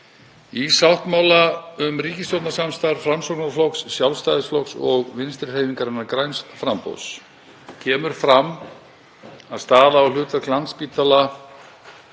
Í sáttmála um ríkisstjórnarsamstarf Framsóknarflokks, Sjálfstæðisflokks og Vinstrihreyfingarinnar – græns framboðs kemur fram að staða og hlutverk Landspítala